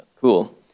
cool